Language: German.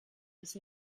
ist